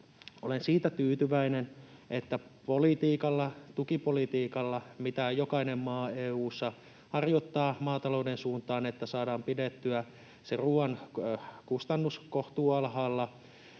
olen siitä tyytyväinen, että tukipolitiikalla, mitä jokainen maa EU:ssa harjoittaa maatalouden suuntaan, saadaan pidettyä se ruoan kustannus kohtuualhaalla,